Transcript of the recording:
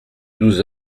douze